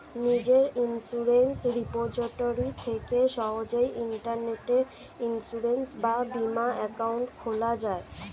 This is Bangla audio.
নিজের ইন্সুরেন্স রিপোজিটরি থেকে সহজেই ইন্টারনেটে ইন্সুরেন্স বা বীমা অ্যাকাউন্ট খোলা যায়